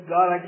God